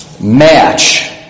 match